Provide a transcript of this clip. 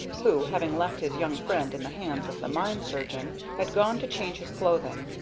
who, having left his young friend in the hands of the mine surgeon, had gone to change his clothing.